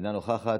אינה נוכחת,